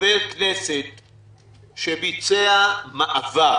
חבר כנסת שביצע מעבר